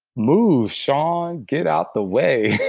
move shaun get out the way.